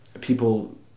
people